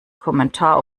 kommentar